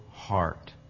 Heart